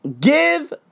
Give